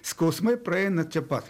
skausmai praeina čia pat